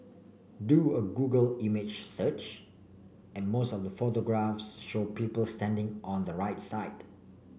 do a Google image search and most of the photographs show people standing on the right side